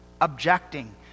objecting